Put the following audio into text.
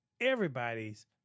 Everybody's